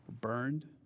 burned